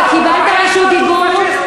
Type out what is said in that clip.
אתה קיבלת רשות דיבור,